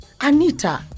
Anita